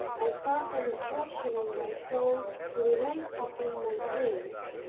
i felt an impression in my soul to relate to him my case,